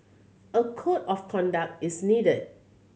a code of conduct is needed